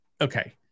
okay